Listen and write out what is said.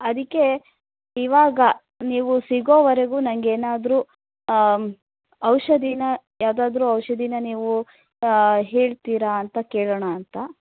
ಅದಕ್ಕೆ ಇವಾಗ ನೀವು ಸಿಗೋವರೆಗು ನಂಗೆ ಏನಾದರೂ ಔಷಧಿನ ಯಾವ್ದಾದರೂ ಔಷಧಿನ ನೀವು ಹೇಳ್ತಿರಾ ಅಂತ ಕೇಳೋಣ ಅಂತ